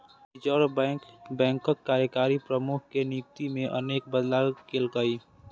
reserve bank बैंकक कार्यकारी प्रमुख के नियुक्ति मे अनेक बदलाव केलकै